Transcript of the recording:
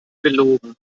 belogen